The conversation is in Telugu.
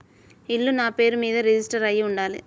ఇల్లు నాపేరు మీదే రిజిస్టర్ అయ్యి ఉండాల?